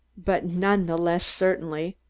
but none the less certainly,